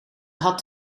had